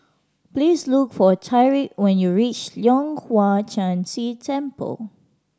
please look for Tyriq when you reach Leong Hwa Chan Si Temple